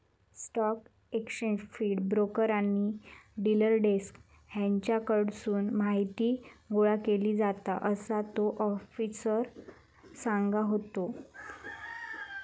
stock exchange feed, broker आणि dealer desk हेच्याकडसून माहीती गोळा केली जाता, असा तो आफिसर सांगत होतो